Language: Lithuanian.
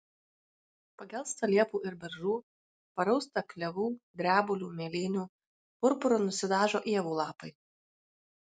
pagelsta liepų ir beržų parausta klevų drebulių mėlynių purpuru nusidažo ievų lapai